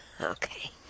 Okay